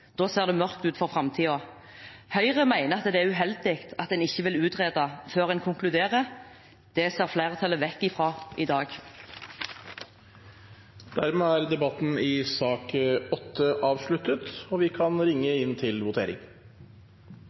Da ser det mørkt ut for framtiden. Høyre mener det er uheldig at en ikke vil utrede før en konkluderer. Det så flertallet vekk fra i dag. Flere har ikke bedt om ordet til sak nr. 8. Da er Stortinget klar til å gå til votering.